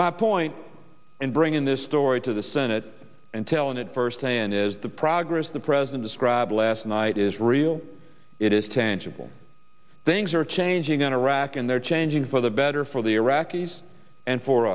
my point in bringing this story to the senate and telling it firsthand is the progress the president described last night is real it is tangible things are changing in iraq and they're changing for the better for the iraqis and for